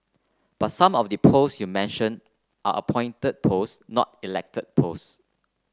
but some of the pose you mentioned are appointed pose not elected pose